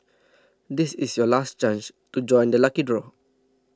this is your last chance to join the lucky draw